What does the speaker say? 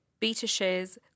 BetaShares